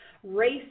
Race